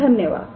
धन्यवाद